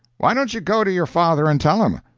why don't you go to your father and tell him?